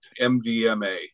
MDMA